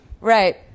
Right